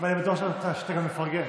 ואני בטוח שאתה גם מפרגן.